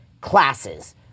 Classes